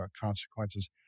consequences